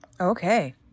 Okay